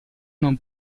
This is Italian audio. non